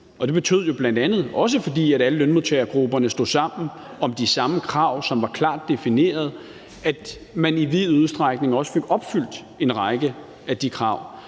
og det betød bl.a., også fordi alle lønmodtagergrupperne stod sammen om de samme krav, som var klart definerede, at man i vid udstrækning også fik opfyldt en række af de krav.